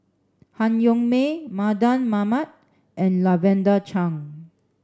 Han Yong May Mardan Mamat and Lavender Chang